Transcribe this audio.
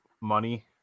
money